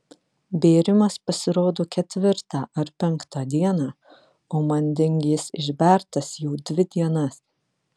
bėrimas pasirodo ketvirtą ar penktą dieną o manding jis išbertas jau dvi dienas